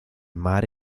mar